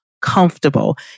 comfortable